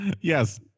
Yes